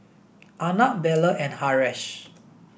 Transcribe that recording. Arnab Bellur and Haresh